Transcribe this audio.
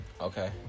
Okay